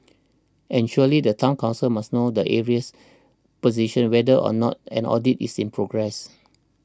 and surely the Town Council must know the arrears position whether or not an audit is in progress